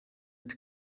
that